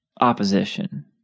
opposition